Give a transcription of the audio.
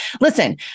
listen